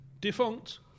Defunct